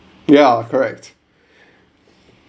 ya correct